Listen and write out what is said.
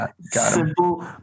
simple